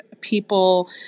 people